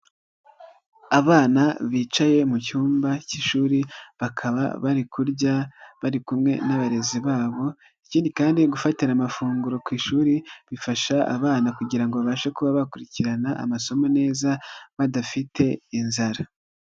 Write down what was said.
Abana bicaye mu cyumba cy'ishuri bakaba bari kurya bari kumwe n'abarezi babo ikindi kandi gufatira amafunguro ku ishuri bifasha abana kugira ngo babashe kuba bakurikirana amasomo neza badafite inzara.